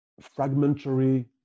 fragmentary